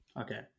okay